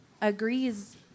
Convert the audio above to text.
agrees